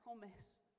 promise